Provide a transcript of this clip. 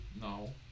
No